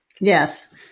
Yes